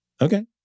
Okay